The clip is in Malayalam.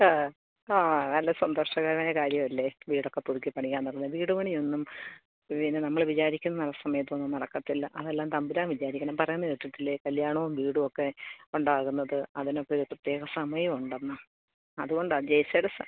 ആ ആ നല്ല സന്തോഷകരമായ കാര്യവല്ലേ വീടൊക്കെ പുതുക്കി പണിയുകാന്നുള്ളത് വീട് പണിയൊന്നും വിനെ നമ്മൾ വിചാരിക്കുന്ന ആ സമയത്തൊന്നും നടക്കത്തില്ല അതെല്ലാം തമ്പുരാൻ വിചാരിക്കണം പറയുന്ന കേട്ടിട്ടില്ലേ കല്യാണോം വീടുവൊക്കെ ഉണ്ടാകുന്നത് അതിനൊക്കെ ഒരു പ്രത്യേക സമയമുണ്ടെന്ന് അതുകൊണ്ടാണ് ജെയ്സിടെ സ